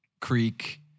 creek